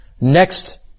Next